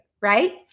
right